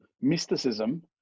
mysticism